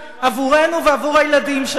עבורנו ועבור הילדים שלנו.